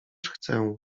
chcę